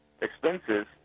expenses